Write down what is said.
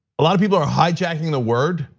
a lot of people are hijacking the word.